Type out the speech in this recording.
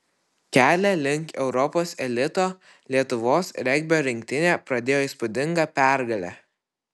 kelią link europos elito lietuvos regbio rinktinė pradėjo įspūdinga pergale